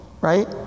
right